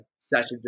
session